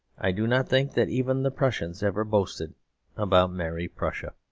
i do not think that even the prussians ever boasted about merry prussia.